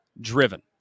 Driven